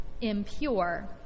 impure